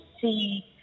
see